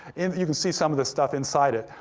and you can see some of the stuff inside it.